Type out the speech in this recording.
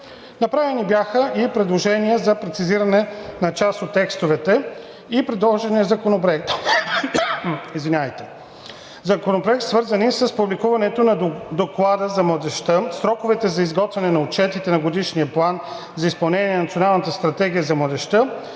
Направени бяха и предложения за прецизиране на част от текстовете в предложения законопроект, свързани с публикуването на доклада за младежта, сроковете за изготвяне на отчетите на годишния план за изпълнение на Националната стратегия за младежта